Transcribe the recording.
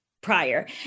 prior